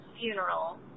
funeral